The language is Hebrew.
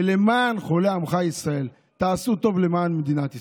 ולמען חולי עמך ישראל, תעשו טוב למען מדינת ישראל.